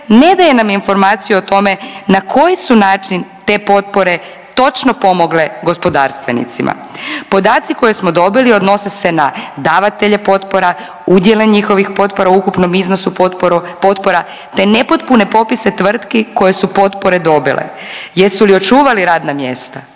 ne daje nam informaciju o tome na koji su način te potpore točno pomogle gospodarstvenicima. Podaci koje smo dobili odnose se na davatelje potpora, udjele njihovih potpora u ukupnom iznosu potpora te nepotpune popise tvrtki koje su potpore dobile. Jesu li očuvali radna mjesta?